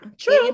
true